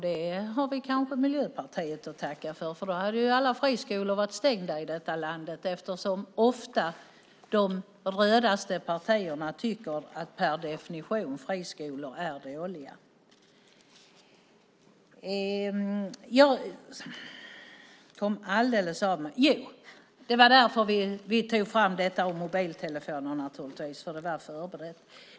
Det ska vi kanske tacka Miljöpartiet för, för då hade alla friskolor varit stängda i landet, eftersom de rödaste partierna ofta tycker att friskolor per definition är dåliga.